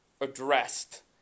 addressed